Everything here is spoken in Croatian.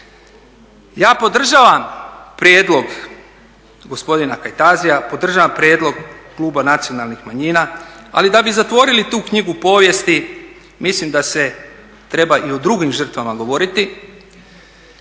Ja podržavam prijedlog gospodina Kajtazija, podržavam prijedlog kluba Nacionalnih manjina, ali da bi zatvorili tu knjigu povijesti mislim da se treba i o drugim žrtvama govoriti.